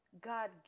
God